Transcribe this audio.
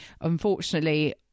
unfortunately